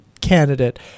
candidate